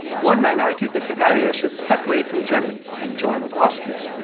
one man argued that bavaria should separate from germany and join with austria,